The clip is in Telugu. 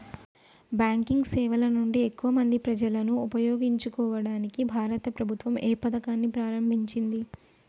బ్యాంకింగ్ సేవల నుండి ఎక్కువ మంది ప్రజలను ఉపయోగించుకోవడానికి భారత ప్రభుత్వం ఏ పథకాన్ని ప్రారంభించింది?